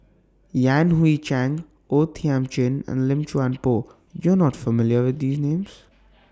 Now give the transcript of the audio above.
Yan Hui Chang O Thiam Chin and Lim Chuan Poh YOU Are not familiar with These Names